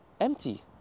empty